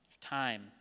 time